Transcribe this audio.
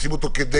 לשים אותו כדגל,